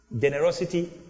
Generosity